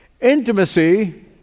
Intimacy